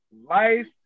life